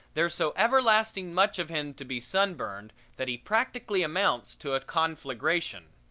there's so everlasting much of him to be sunburned that he practically amounts to a conflagration.